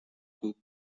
cook